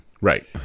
right